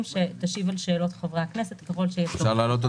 שתשיב על שאלות חברי הכנסת ככל שיידרש.